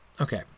Okay